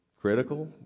critical